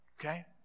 okay